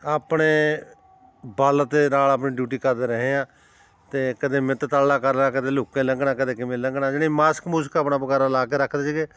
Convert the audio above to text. ਆਪਣੇ ਬਲ ਦੇ ਨਾਲ ਆਪਣੀ ਡਿਊਟੀ ਕਰਦੇ ਰਹੇ ਹਾਂ ਅਤੇ ਕਦੇ ਮਿੰਨਤ ਤਰਲਾ ਕਰਨਾ ਕਦੇ ਲੁੱਕ ਕੇ ਲੰਘਣਾ ਕਦੇ ਕਿਵੇਂ ਲੰਘਣਾ ਜਾਣੀ ਮਾਸਕ ਮੁਸਕ ਆਪਣਾ ਵਗੈਰਾ ਲਾ ਕੇ ਰੱਖਦੇ ਸੀਗੇ